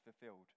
fulfilled